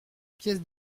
pièce